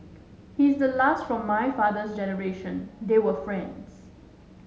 he's the last from my father's generation they were friends